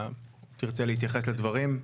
תרצה להתייחס לדברים?